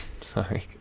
Sorry